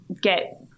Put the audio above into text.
get